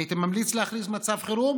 הייתי ממליץ להכריז מצב חירום